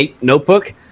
notebook